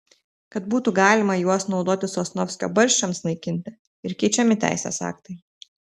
kad būtų galima juos naudoti sosnovskio barščiams naikinti ir keičiami teisės aktai